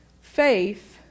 faith